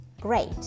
great